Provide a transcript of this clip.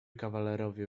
kawalerowie